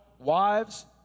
Wives